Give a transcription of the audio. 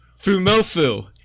Fumofu